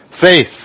faith